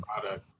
product